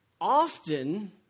often